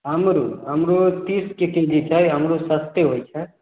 अमरुद अमरूद तीसके केजी छै अमरुद सस्ते होयत छै